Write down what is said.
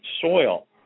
soil